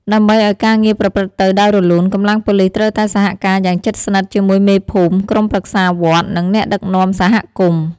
ដើម្បីឱ្យការងារប្រព្រឹត្តទៅដោយរលូន កម្លាំងប៉ូលិសត្រូវតែសហការយ៉ាងជិតស្និទ្ធជាមួយមេភូមិ ក្រុមប្រឹក្សាវត្ត និងអ្នកដឹកនាំសហគមន៍។